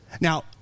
Now